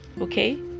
okay